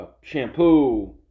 shampoo